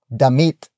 damit